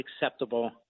acceptable